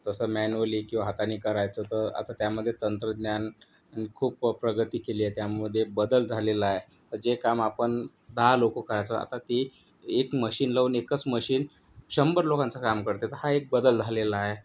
जसं मॅन्युअली किंवा हातानी करायचो तर आता त्यामध्येतंत्रज्ञान न खूप प्रगती केली आहे त्यामध्ये बदल झालेला आहे जे काम आपण दहा लोक करायचो आता ते एक मशीन लावून एकच मशीन शंभर लोकांचं काम करते तर हा एक बदल झालेला आहे